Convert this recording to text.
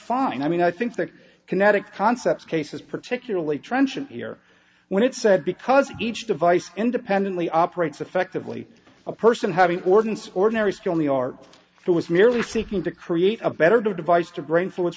fine i mean i think they're kinetic concepts cases particularly trenchant here when it's said because each device independently operates effectively a person having ordnance ordinary skill in the art that was merely seeking to create a better device to bring forth